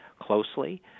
closely